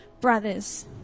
brothers